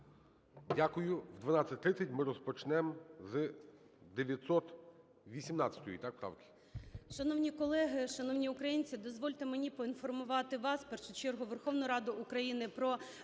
Дякую. О 12:30 ми розпочнемо з 918-ї,